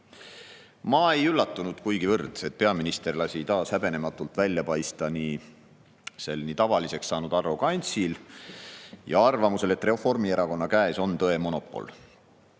Ma ei üllatunud kuigivõrd, et peaminister lasi taas häbenematult välja paista sel nii tavaliseks saanud arrogantsil ja arvamusel, et Reformierakonna käes on tõemonopol.